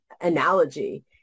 analogy